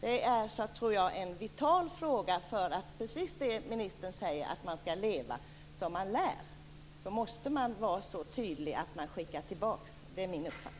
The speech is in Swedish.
Det är vitala frågor angående det ministern säger om att man skall leva som man lär. I så fall måste man vara tydlig och skicka tillbaka förslagen.